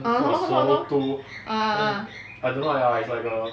ah lor ya lor ah ah ah